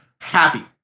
happy